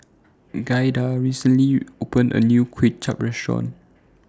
Giada recently opened A New Kuay Chap Restaurant